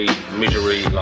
Misery